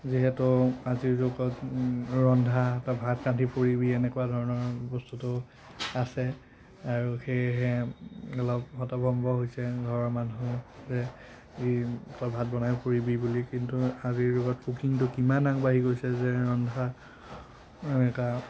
যিহেতু আজিৰ যুগত ৰন্ধা তই ভাত ৰান্ধি ফুৰিবি এনেকুৱা ধৰণৰ বস্তুটো আছে আৰু সেয়েহে অলপ হতভম্ব হৈছে ঘৰৰ মানুহ যে এই তই ভাত বনাই ফুৰিবি বুলি কিন্তু আজিৰ যুগত কুকিঙটো কিমান আগবাঢ়ি গৈছে যে ৰন্ধা এনেকা